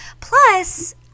plus